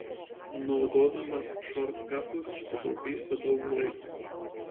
naudodamas šortkatus sutaupysi daug laiko